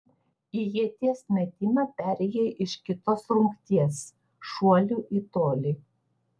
į ieties metimą perėjai iš kitos rungties šuolių į tolį